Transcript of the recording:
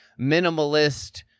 minimalist